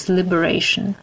liberation